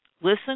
Listen